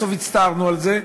בסוף הצטערנו על זה,